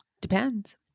Depends